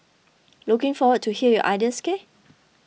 looking forward to hear your ideas K